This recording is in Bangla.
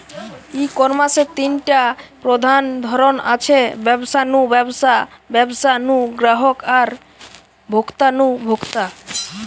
ই কমার্সের তিনটা প্রধান ধরন আছে, ব্যবসা নু ব্যবসা, ব্যবসা নু গ্রাহক আর ভোক্তা নু ভোক্তা